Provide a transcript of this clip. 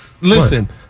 listen